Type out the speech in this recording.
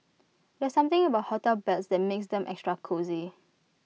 there's something about hotel beds that makes them extra cosy